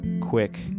quick